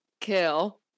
kill